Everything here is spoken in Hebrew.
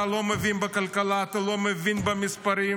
אתה לא מבין בכלכלה, אתה לא מבין במספרים,